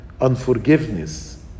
unforgiveness